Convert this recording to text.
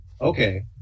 Okay